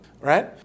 right